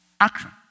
Action